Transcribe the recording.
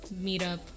Meetup